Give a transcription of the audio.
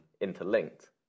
interlinked